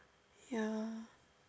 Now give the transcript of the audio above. ya